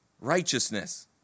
righteousness